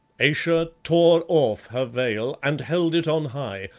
ayesha tore off her veil and held it on high,